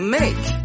make